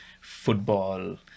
football